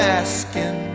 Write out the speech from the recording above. asking